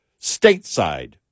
stateside